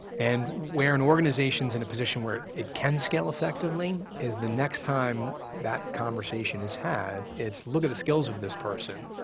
and where an organization's in a position where it can scale effectively is the next time that conversation is had, it's, look at the skills of this person.